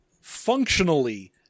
functionally